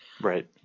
Right